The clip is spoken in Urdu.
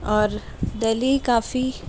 اور دہلی کافی